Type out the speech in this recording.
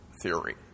theory